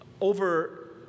over